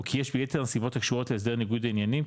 או כי יש ביתר הסיבות הקשורות להסדר ניגוד העניינים,